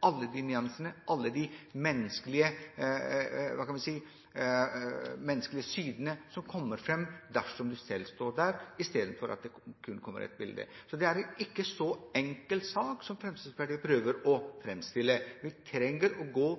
alle de menneskelige sidene som kommer fram dersom man selv står der – istedenfor at det kun kommer et bilde. Det er ikke en så enkel sak som Fremskrittspartiet prøver å framstille det. Vi trenger å gå